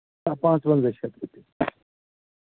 پانٛژھ وَنٛزاہ شَتھ رۅپیہِ